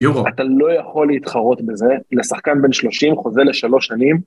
יובל. אתה לא יכול להתחרות בזה אם השחקן בין 30 חוזר לשלוש שנים.